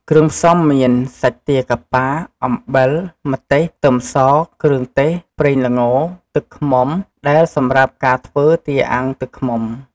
គ្រឿងផ្សំមាន សាច់ទាកាប៉ា អំបិល ម្ទេស ខ្ទឹមស គ្រឿងទេស ប្រេងល្ង ទឹកឃ្មុំ ដែលសម្រាប់ការធ្វ់ើទាអាំងទឹកឃ្មុំ។